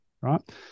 Right